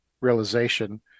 realization